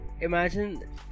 imagine